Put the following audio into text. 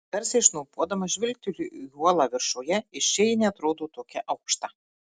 garsiai šnopuodama žvilgteliu į uolą viršuje iš čia ji neatrodo tokia aukšta